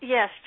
Yes